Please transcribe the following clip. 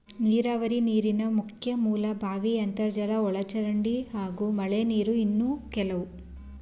ನೀರಾವರಿ ನೀರಿನ ಮುಖ್ಯ ಮೂಲ ಬಾವಿ ಅಂತರ್ಜಲ ಒಳಚರಂಡಿ ಹಾಗೂ ಮಳೆನೀರು ಇನ್ನು ಕೆಲವು